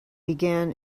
began